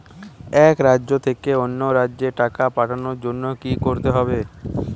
এক রাজ্য থেকে অন্য রাজ্যে টাকা পাঠানোর জন্য কী করতে হবে?